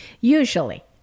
usually